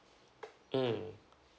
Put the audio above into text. mm